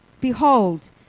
Behold